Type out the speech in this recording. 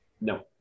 no